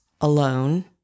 alone